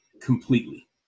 completely